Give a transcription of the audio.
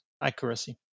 accuracy